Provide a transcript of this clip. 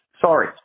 Sorry